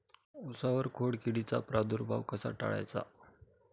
उसावर खोडकिडीचा प्रादुर्भाव कसा टाळायचा?